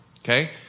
okay